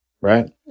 right